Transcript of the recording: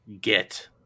get